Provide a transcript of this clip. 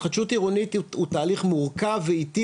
התחדשות עירונית הוא תהליך מורכב ואיטי